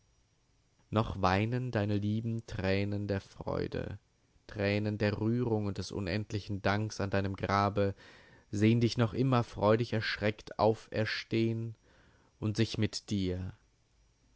noch weinen deine lieben tränen der freude tränen der rührung und des unendlichen danks an deinem grabe sehn dich noch immer freudig erschreckt auferstehn und sich mit dir